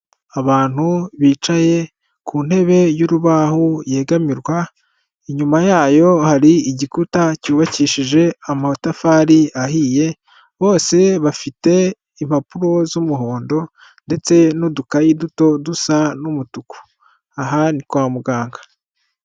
Abantu bicaye ku ntebe y'urubaho yegamirwa, inyuma yayo hari igikuta cyubakishije amatafari ahiye. Bose bafite impapuro z'umuhondo ndetse n'udukayi duto dusa n'umutuku, Aha ni kwa muganga.